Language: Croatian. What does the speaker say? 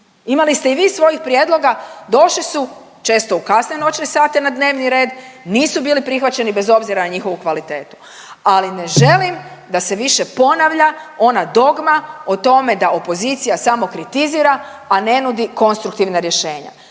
Imali ste i vi svojih prijedloga, došli su često u kasne noćne sate na dnevni red, nisu bili prihvaćeni bez obzira na njihovu kvalitetu, ali ne želim da se više ponavlja ona dogma o tome da opozicija samo kritizira, a ne nudi konstruktivna rješenja.